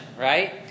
right